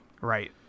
Right